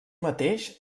mateix